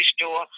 store